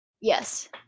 yes